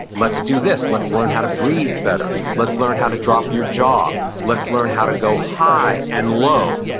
let's do this. let's learn how to breathe better. let's learn how to drop your jaw. let's learn how to go high and low,